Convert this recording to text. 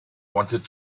wanted